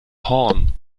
horn